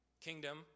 Kingdom